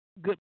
good